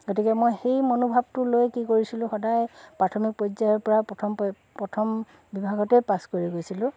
গতিকে মই সেই মনোভাৱটো লৈ কি কৰিছিলোঁ সদায় প্ৰাথমিক পৰ্যায়ৰপৰা প্ৰথম প্ৰথম বিভাগতেই পাছ কৰি গৈছিলোঁ